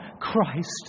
Christ